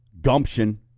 gumption